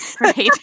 Right